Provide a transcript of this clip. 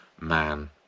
man